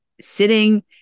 sitting